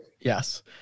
Yes